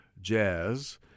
Jazz